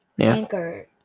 Anchor